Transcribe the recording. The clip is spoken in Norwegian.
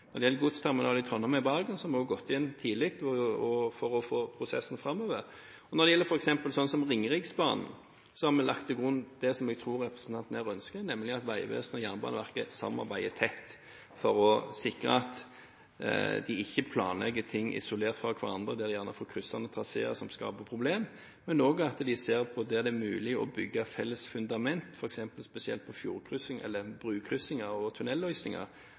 Når det gjelder godsterminal i Trondheim og i Bergen, har vi også gått inn tidlig for å få prosessen framover. Og når det gjelder Ringeriksbanen, har vi lagt til grunn det som jeg tror representanten her ønsker, nemlig at Vegvesenet og Jernbaneverket samarbeider tett for å sikre at de ikke planlegger ting isolert fra hverandre – det er gjerne kryssende traseer som skaper problemer – men også at de ser på hvor det er mulig å bygge felles fundament, spesielt når det gjelder fjordkryssinger, brokryssinger eller tunnelløsninger,